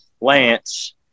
Lance